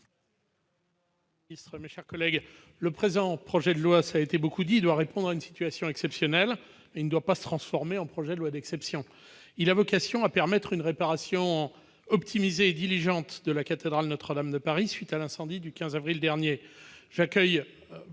le présent projet de loi doit répondre à une situation exceptionnelle, sans se transformer en projet de loi d'exception. Il a vocation à permettre une réparation optimisée et diligente de la cathédrale Notre-Dame de Paris à la suite de l'incendie du 15 avril dernier.